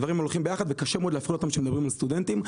הדברים הולכים ביחד וקשה מאוד להפריד אותם כשמדברים על סטודנטים.